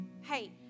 Hey